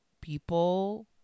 people